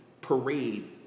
parade